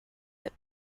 that